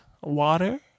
Water